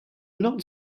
not